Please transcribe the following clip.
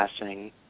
passing